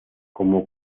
como